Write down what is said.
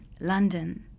London